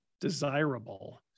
desirable